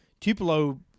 Tupelo